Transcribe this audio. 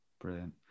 Brilliant